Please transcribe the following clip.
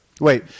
Wait